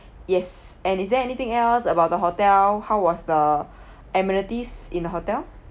yes and is there anything else about the hotel how was the amenities in the hotel